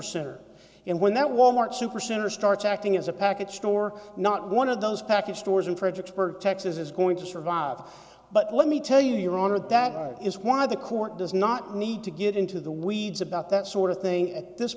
center and when that wal mart supercenter starts acting as a package store not one of those package stores in fredericksburg texas is going to survive but let me tell you your honor that is why the court does not need to get into the weeds about that sort of thing at this